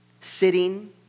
sitting